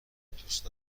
دوست